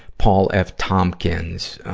paul f. tompkins, ah,